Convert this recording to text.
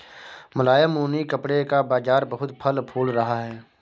मुलायम ऊनी कपड़े का बाजार बहुत फल फूल रहा है